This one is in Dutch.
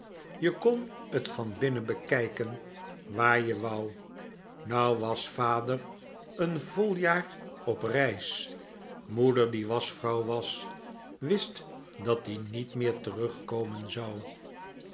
je kon t van binnen bekijken wààr je wou nou was vader n vol jaar op reis moeder die waschvrouw was wist dat-ie nièt meer terugkomen zou